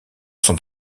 sont